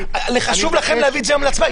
חשוב לכם להביא את זה היום להצבעה?